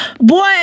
Boy